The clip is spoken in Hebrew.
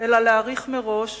אלא להעריך מראש